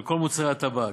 על כל מוצרי הטבק,